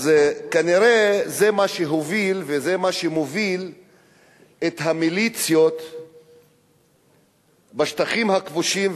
אז כנראה זה מה שהוביל וזה מה שמוביל את המיליציות בשטחים הכבושים,